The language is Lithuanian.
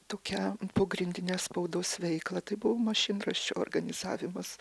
tokią pogrindinę spaudos veiklą tai buvo mašinraščio organizavimas